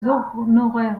honoraires